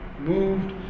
moved